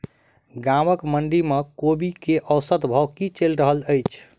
गाँवक मंडी मे कोबी केँ औसत भाव की चलि रहल अछि?